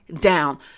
down